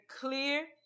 clear